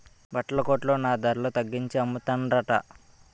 బట్టల కొట్లో నా ధరల తగ్గించి అమ్మతన్రట